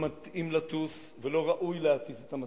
לא מתאים לטוס, ולא ראוי להטיס את המטוס.